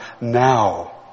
now